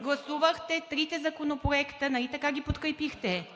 гласувахте трите законопроекта, нали така ги подкрепихте?